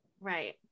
right